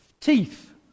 Teeth